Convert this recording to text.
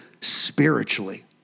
spiritually